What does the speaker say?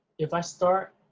if i start